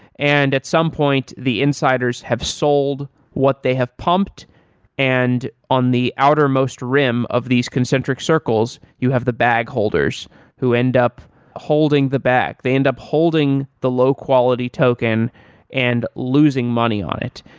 and at some point, the insiders have sold what they have pumped and on the outer most rim of these concentric circles, you have the bag holders who end up holding the bag. they end up holding the low-quality token token and losing money on it,